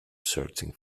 searching